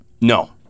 No